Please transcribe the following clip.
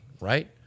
right